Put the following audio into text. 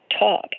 talk